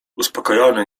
uspokojony